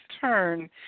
turn